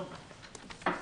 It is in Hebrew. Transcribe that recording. מי נגד?